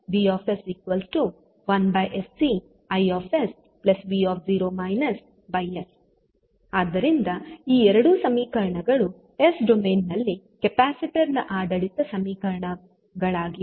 Vs1sC Isv0 s ಆದ್ದರಿಂದ ಈ ಎರಡು ಸಮೀಕರಣಗಳು ಎಸ್ ಡೊಮೇನ್ ನಲ್ಲಿ ಕೆಪಾಸಿಟರ್ ನ ಆಡಳಿತ ಸಮೀಕರಣಗಳಾಗಿವೆ